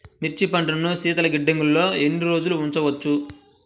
మిర్చి పంటను శీతల గిడ్డంగిలో ఎన్ని రోజులు ఉంచవచ్చు?